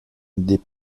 des